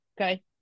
okay